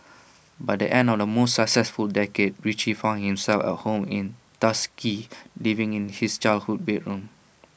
by the end of the most successful decade Richie found himself at home in Tuskegee living in his childhood bedroom